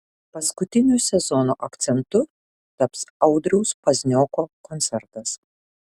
paskutiniu sezono akcentu taps audriaus paznioko koncertas